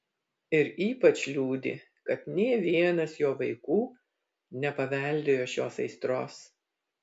ir ypač liūdi kad nė vienas jo vaikų nepaveldėjo šios aistros